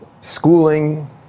Schooling